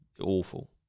awful